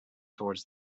towards